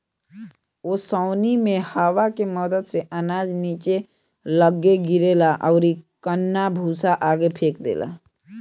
ओसौनी मे हवा के मदद से अनाज निचे लग्गे गिरेला अउरी कन्ना भूसा आगे फेंक देला